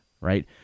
right